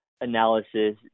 analysis